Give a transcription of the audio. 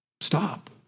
Stop